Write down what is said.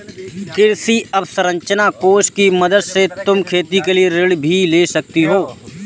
कृषि अवसरंचना कोष की मदद से तुम खेती के लिए ऋण भी ले सकती हो